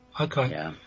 Okay